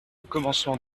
commencement